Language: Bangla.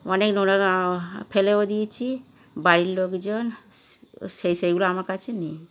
অনেক ফেলেও দিয়েছি বাড়ির লোকজন সেই সেইগুলো আমার কাছে নেই